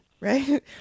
right